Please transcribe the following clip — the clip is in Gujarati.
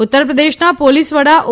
ઉત્તર પ્રદેશના પોલીસ વડા ઓ